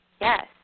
yes